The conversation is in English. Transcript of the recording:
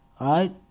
Right